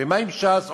ומה עם ש"ס?